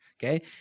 Okay